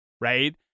right